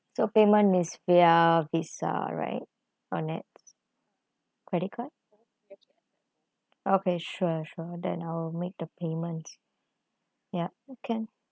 so payment is via visa right or nets credit card okay sure sure then I'll make the payment yup can